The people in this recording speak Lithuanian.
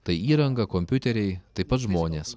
tai įranga kompiuteriai taip pat žmonės